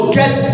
get